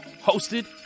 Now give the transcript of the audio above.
Hosted